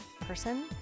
person